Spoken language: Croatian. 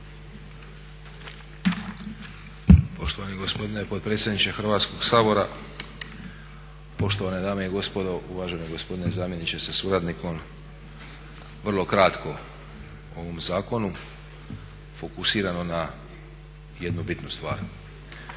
Poštovani gospodine potpredsjedniče Hrvatskog sabora, poštovane dame i gospodo, uvaženi gospodine zamjeniče sa suradnikom, vrlo kratko o ovom zakonu fokusirano na jednu bitnu stvar.